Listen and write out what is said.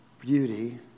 beauty